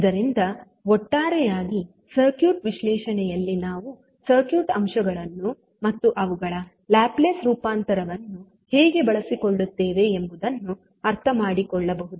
ಇದರಿಂದ ಒಟ್ಟಾರೆಯಾಗಿ ಸರ್ಕ್ಯೂಟ್ ವಿಶ್ಲೇಷಣೆಯಲ್ಲಿ ನಾವು ಸರ್ಕ್ಯೂಟ್ ಅಂಶಗಳನ್ನು ಮತ್ತು ಅವುಗಳ ಲ್ಯಾಪ್ಲೇಸ್ ರೂಪಾಂತರವನ್ನು ಹೇಗೆ ಬಳಸಿಕೊಳ್ಳುತ್ತೇವೆ ಎಂಬುದನ್ನು ಅರ್ಥಮಾಡಿಕೊಳ್ಳಬಹುದು